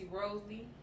Rosie